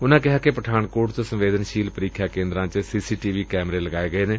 ਉਨਾਂ ਕਿਹਾ ਕਿ ਪਠਾਨਕੋਟ ਚ ਸੰਵੇਦਨਸੀਲ ਪ੍ਰੀਖਿਆ ਕੇਦਰਾਂ ਚ ਸੀ ਸੀ ਟੀ ਵੀ ਕੈਮਰੇ ਲਗਾਏ ਗਏ ਨੇ